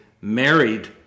Married